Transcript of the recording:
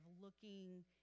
looking